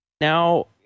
Now